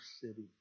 city